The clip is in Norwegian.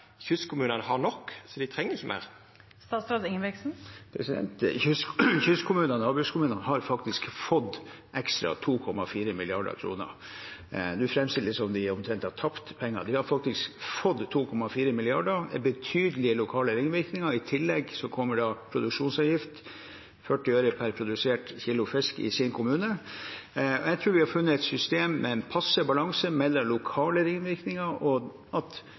har nok, difor treng dei ikkje meir? Kystkommunene og havbrukskommunene har faktisk fått 2,4 mrd. kr ekstra. Det framstilles nå som om de omtrent har tapt penger, men de har faktisk fått 2,4 mrd. kr. Det er betydelige lokale ringvirkninger, og i tillegg kommer produksjonsavgiften på 40 øre per produsert kilo fisk i sin kommune. Jeg tror vi har funnet et system med en passe balanse mellom lokale ringvirkninger og at